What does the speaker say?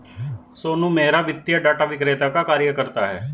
सोनू मेहरा वित्तीय डाटा विक्रेता का कार्य करता है